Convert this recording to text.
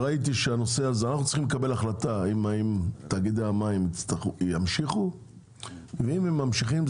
אנחנו צריכים לקבל החלטה אם תאגידי המים ימשיכו ואם הם ממשיכים,